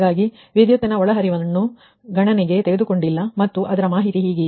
ಹಾಗಾಗಿ ವಿದ್ಯುತ್ ನ ಒಳಹರಿವನ್ನು ಗಣನೆಗೆ ತೆಗೆದುಕೊಂಡಿಲ್ಲ ಮತ್ತು ಅದರ ಮಾಹಿತಿ ಹೀಗಿದೆ